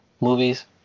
movies